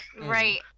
Right